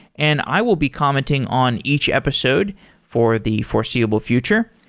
and i will be commenting on each episode for the foreseeable future.